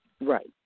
Right